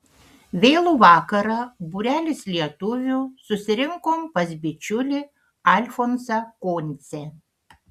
vėlų vakarą būrelis lietuvių susirinkom pas bičiulį alfonsą koncę